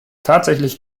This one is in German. tatsächlich